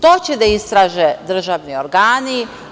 To će da istraže državni organi.